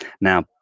Now